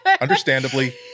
understandably